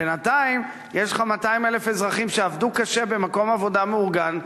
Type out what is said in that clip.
בינתיים יש לך 200,000 אזרחים שעבדו קשה במקום עבודה מאורגן,